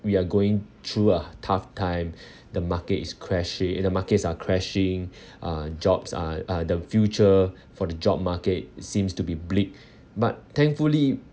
we are going through a tough time the market is crashing eh markets are crashing uh jobs uh uh the future for the job market seems to be bleak but thankfully